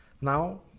now